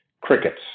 Crickets